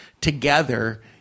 together